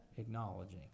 acknowledging